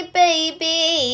baby